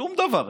שום דבר.